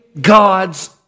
God's